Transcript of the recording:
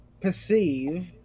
perceive